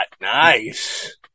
Nice